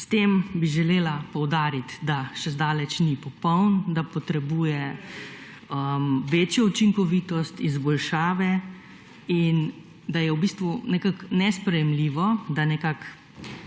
S tem bi želela poudariti, da še zdaleč ni popoln, da potrebuje večjo učinkovitost, izboljšave in da je v bistvu nekako nesprejemljivo, da nekako